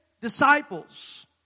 disciples